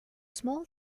small